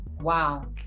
Wow